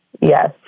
Yes